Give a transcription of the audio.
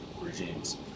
regimes